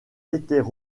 étaient